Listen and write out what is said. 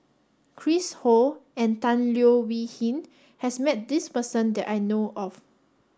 Chris Ho and Tan Leo Wee Hin has met this person that I know of